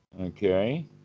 Okay